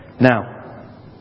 Now